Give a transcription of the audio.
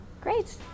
great